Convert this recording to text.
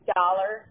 dollar